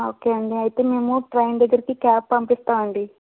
okay అండి అయితే మేము ట్రైన్ దగ్గరికి క్యాబ్ పంపిస్తామండి